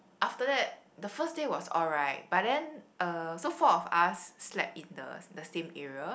after that the first day was alright but then uh so four of us slept in the the same area